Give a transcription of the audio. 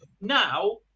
Now